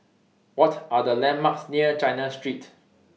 What Are The landmarks near China Street